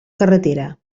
carretera